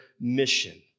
mission